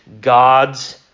God's